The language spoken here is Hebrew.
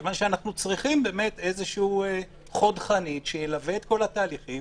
כיוון שאנחנו צריכים חוד חנית שילווה את כל התהליכים